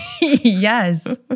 Yes